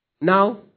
Now